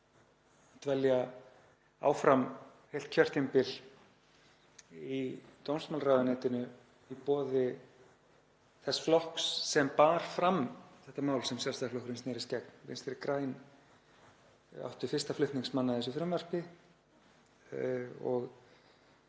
að dvelja áfram heilt kjörtímabil í dómsmálaráðuneytinu í boði þess flokks sem bar fram þetta mál sem Sjálfstæðisflokkurinn snerist gegn. Vinstri græn áttu fyrsta flutningsmann að þessu frumvarpi og